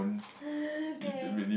okay